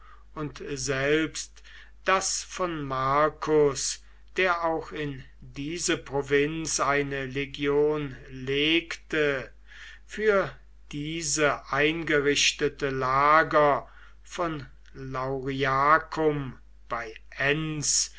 und selbst das von marcus der auch in diese provinz eine legion legte für diese eingerichtete lager von lauriacum bei enns